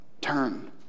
turn